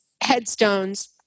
headstones